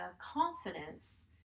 confidence